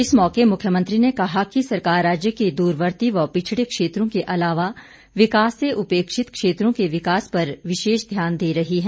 इस मौके मुख्यमंत्री ने कहा कि सरकार राज्य के दूरवर्ती व पिछड़े क्षेत्रों के अलावा विकास से उपेक्षित क्षेत्रों के विकास पर विशेष ध्यान दे रही है